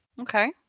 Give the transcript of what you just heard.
Okay